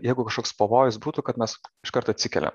jeigu kažkoks pavojus būtų kad mes iš karto atsikeliam